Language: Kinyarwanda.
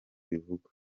bivugwa